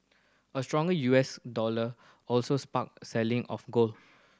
a stronger U S dollar also sparked selling of gold